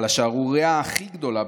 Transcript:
אבל השערורייה הכי גדולה,